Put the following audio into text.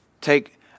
Take